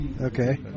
Okay